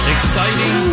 Exciting